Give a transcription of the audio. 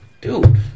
Dude